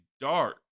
dark